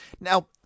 Now